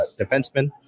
defenseman